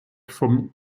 vom